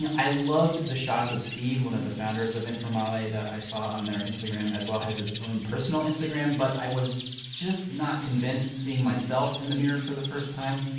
yeah i loved the shots of steve, one of the founders of informale, that i saw on their instagram as well has his own personal instagram. but i was just not convinced seeing myself in the mirror for the first time.